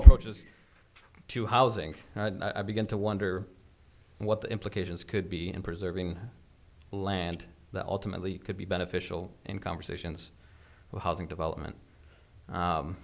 approaches to housing i begin to wonder what the implications could be in preserving land that ultimately could be beneficial in conversations with housing development